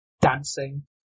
dancing